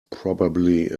probably